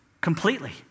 completely